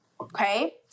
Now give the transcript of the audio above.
Okay